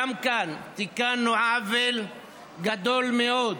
גם כאן תיקנו עוול גדול מאוד,